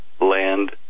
land